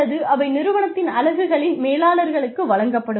அல்லது அவை நிறுவனத்தின் அலகுகளின் மேலாளர்களுக்கு வழங்கப்படும்